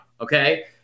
Okay